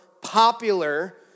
popular